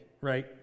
right